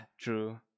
true